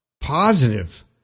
positive